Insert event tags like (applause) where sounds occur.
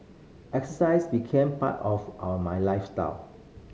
exercise became part of (unintelligible) my lifestyle